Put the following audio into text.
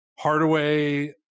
Hardaway